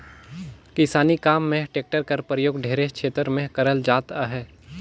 किसानी काम मे टेक्टर कर परियोग ढेरे छेतर मे करल जात अहे